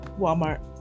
Walmart